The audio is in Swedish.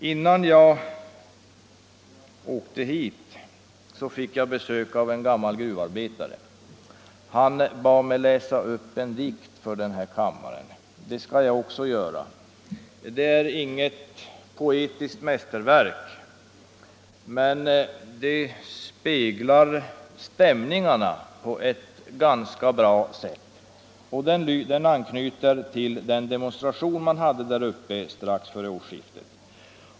Innan jag åkte hit, fick jag besök av en gammal gruvarbetare. Han bad mig läsa upp en dikt för den här kammaren. Det skall jag också göra. Det är inget poetiskt mästerverk, men det speglar stämningarna på ett ganska bra sätt. Den anknyter till den demonstration man hade strax före årsskiftet.